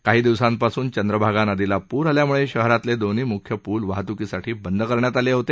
काही दिवसांपासून चंद्रभागा नदीला पूर आल्यानं शहरातले दोन्ही म्ख्य पूल वाहत्कीसाठी बंद करण्यात आले होते